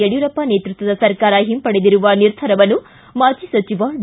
ಯಡಿಯೂರಪ್ಪ ನೇತ್ಯಕ್ವದ ಸರ್ಕಾರ ಹಿಂಪಡೆದಿರುವ ನಿರ್ಧಾರವನ್ನು ಮಾಜಿ ಸಚಿವ ಡಿ